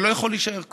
זה לא יכול להישאר כך.